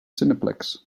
cineplex